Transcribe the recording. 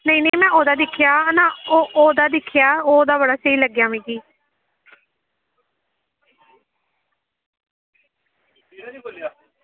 नेईं नेईं में ओह्दा दिक्खेआ हा ना ओह्दा दिक्खेआ ओह्दा बड़ा स्हेई लग्गेआ मिगी